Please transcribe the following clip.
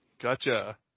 Gotcha